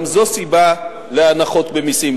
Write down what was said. גם זו סיבה להנחות במסים,